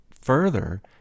further